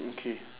okay